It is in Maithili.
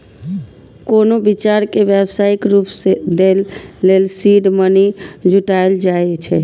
कोनो विचार कें व्यावसायिक रूप दै लेल सीड मनी जुटायल जाए छै